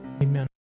Amen